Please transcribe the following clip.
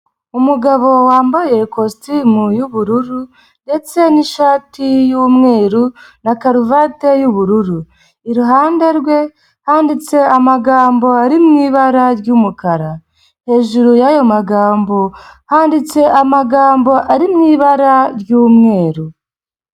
Umugabo wambaye ikositimu y'ubururu ndetse n'ishati y'umweru na karuvate y'ubururu, iruhande rwe handitse amagambo ari mu ibara ry'umukara, hejuru y'ayo magambo handitse amagambo ari mu ibara ry'umweru.